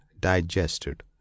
digested